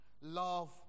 love